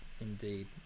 indeed